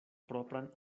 propran